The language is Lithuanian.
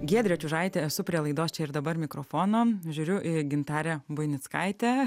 giedrė čiužaitė esu prie laidos čia ir dabar mikrofono žiūriu į gintarę buinickaitę